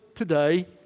today